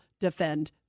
defend